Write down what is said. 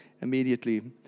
immediately